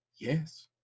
yes